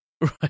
Right